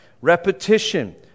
Repetition